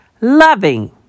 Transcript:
Loving